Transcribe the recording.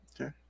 Okay